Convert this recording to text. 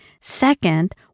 Second